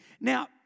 Now